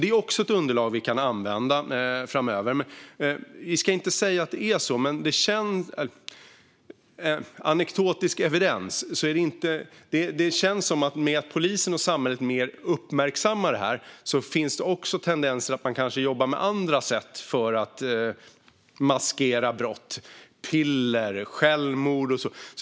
Det här är också ett underlag som vi kan använda framöver. Vi ska inte säga att det verkligen är så, men det känns, med anekdotisk evidens, som att när polisen och samhället uppmärksammar det här mer finns det tendenser att man jobbar med andra sätt för att maskera brott. Det kan vara piller eller självmord.